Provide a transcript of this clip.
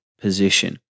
position